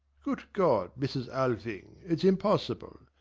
good god, mrs. alving, it's impossible!